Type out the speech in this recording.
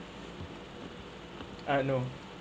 I don't know